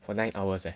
for nine hours leh